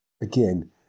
Again